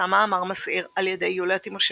פורסם מאמר מסעיר על ידי יוליה טימושנקו,